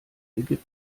ägypten